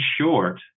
short